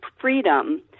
freedom